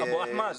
אבו אחמד,